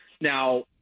now